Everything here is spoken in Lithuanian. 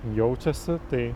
jaučiasi tai